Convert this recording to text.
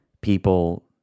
people